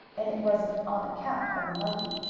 and it was on account of the monkey.